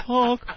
Talk